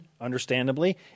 understandably